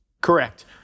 Correct